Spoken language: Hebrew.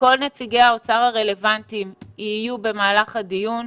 שכל נציגי האוצר הרלוונטיים יהיו במהלך הדיון,